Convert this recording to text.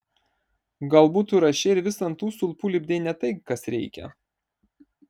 galbūt tu rašei ir vis ant tų stulpų lipdei ne tai kas reikia